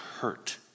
hurt